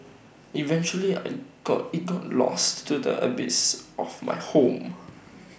eventually I got IT got lost to the abyss of my home